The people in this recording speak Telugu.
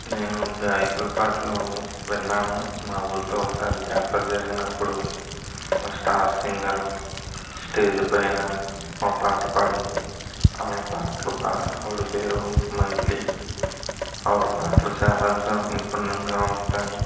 నేను గాయకుడు పాటలు విన్నాను మా ఊరిలో ఒకసారి జాతర జరిగినప్పుడు స్టార్ సింగర్ స్టేజ్ పైన ఒక పాట పాడింది ఆమె పాటలు బాగా ఆవిడ పేరు మంగ్లీ ఆవిడ పాటలు సాలా భిన్నంగా ఉంటాయి